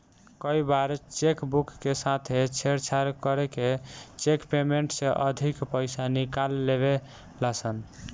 कई बार cheque book के साथे छेड़छाड़ करके चेक पेमेंट से अधिका पईसा निकाल लेवे ला सन